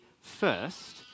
first